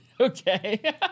Okay